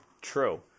True